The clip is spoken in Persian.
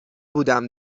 بودم